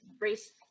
race